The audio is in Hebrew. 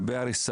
הרבה הרס.